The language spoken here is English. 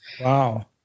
Wow